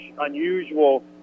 unusual